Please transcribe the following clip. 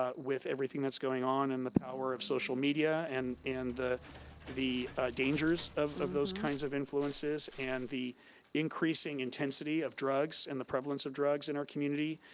ah with everything that's going on and the power of social media, and and the the dangers of of those kinds of influences and the increasing intensity of drugs and the prevalence of drugs in our community.